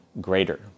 greater